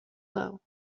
low